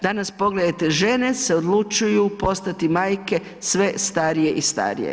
Danas pogledajte žene se odlučuju postati majke sve starije i starije.